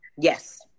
Yes